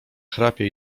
chrapie